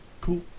cool